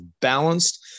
balanced